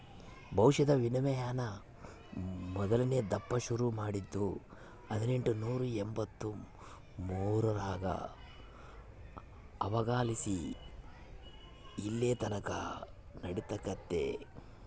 ಭವಿಷ್ಯದ ವಿನಿಮಯಾನ ಮೊದಲ್ನೇ ದಪ್ಪ ಶುರು ಮಾಡಿದ್ದು ಹದಿನೆಂಟುನೂರ ಎಂಬಂತ್ತು ಮೂರರಾಗ ಅವಾಗಲಾಸಿ ಇಲ್ಲೆತಕನ ನಡೆಕತ್ತೆತೆ